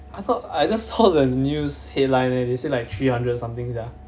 I thought I just heard the news headline leh they say like three hundred something sia